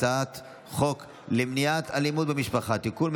הצעת חוק למניעת אלימות במשפחה (תיקון,